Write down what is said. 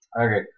Okay